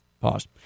Pause